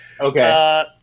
Okay